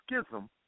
schism